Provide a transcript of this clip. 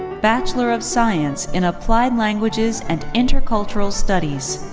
bachelor of science in applied languages and intercultural studies.